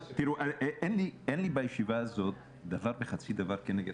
אין לי בישיבה הזאת דבר וחצי דבר נגד